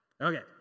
Okay